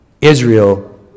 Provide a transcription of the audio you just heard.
Israel